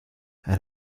and